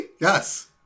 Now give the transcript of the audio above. Yes